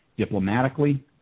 diplomatically